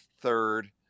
third